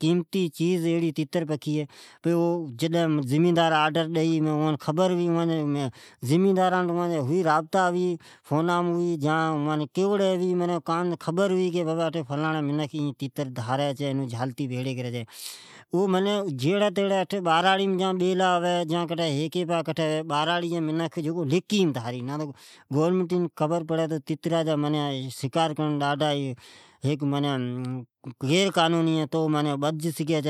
قیمتے چیزتیتر ایڑی ھے ، پچھے جڈ زمیدارآڈر ڈجا ڈئی کا زمیداران خبر ھوی تو این منکھ تیتر ڈاری چھے تو آفاڑی آڈر ڈجی اولی تو ن، اومعنی تیتر داری چھے اوی خاص کرتے باراڑی جی علاقا مین چھے اوی ڈاری چھے ،پر لکی مین داری کو تو تیتر ڈازرڑ غیر قانونی ھے ۔ تیتر ڈاراڑا بج سگھی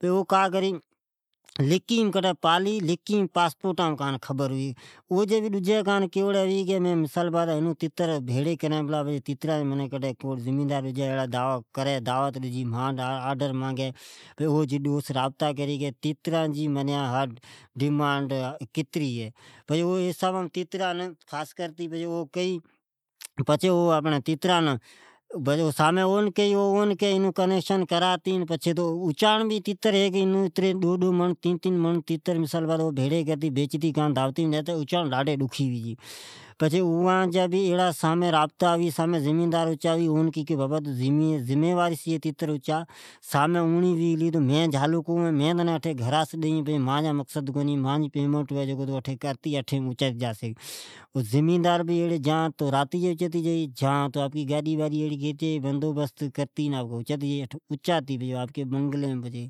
سی او بھے لکیم ڈار یا کان کوئیڑی ھئی تو مین تیتر ڈارین پلا تو کوآڈر ڈجا ھوی تو موکلیو کانجا زمیدار ڈجی جا تو ۔ پچھتے تیترا جی ڈماڈ کتری ھے ،کا تو تیترا جی ڈو مڑ ڈید مڑ بھیڑی جائی چھے اوی بھے ایڑی طریقیم موکلی جکو ڈجین خبر نا پڑی او کئی تو زمیدارا تو مانجی زمیداری کوبی کونی مین اٹیم ڈئی تون مانجی پیمٹ کرتے پچھے تون جاڑی تجی کام جاڑی پچھے او زمیدا ر ا ایڑی طریقیز مین اچائی جکو خبر کو پری